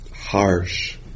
harsh